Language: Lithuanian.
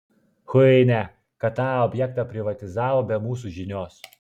chuinia kad tą objektą privatizavo be mūsų žinios